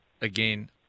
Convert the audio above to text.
again